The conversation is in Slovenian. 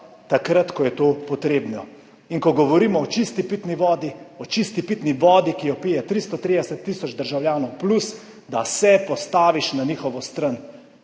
takrat, ko je to potrebno. In ko govorimo o čisti pitni vodi, ki jo pije več kot 330 tisoč državljanov, da se postaviš na njihovo stran.